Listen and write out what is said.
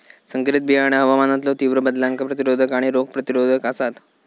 संकरित बियाणा हवामानातलो तीव्र बदलांका प्रतिरोधक आणि रोग प्रतिरोधक आसात